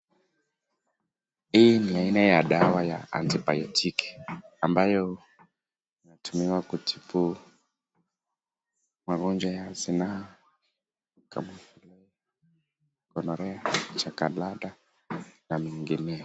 Hii ni dawa ya aina ya antibayotiki ambayo inatumiwa, kutibu magonjwa ya zinaa kama gonorrhea, jakalada na mengineo.